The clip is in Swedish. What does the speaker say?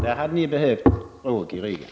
Där hade ni behövt råg i ryggen.